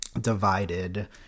divided